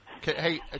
Hey